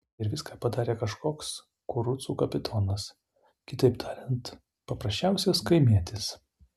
ir viską padarė kažkoks kurucų kapitonas kitaip tariant paprasčiausias kaimietis